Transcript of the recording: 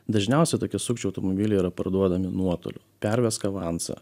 dažniausia tokie sukčių automobiliai yra parduodami nuotoliu pervesk avansą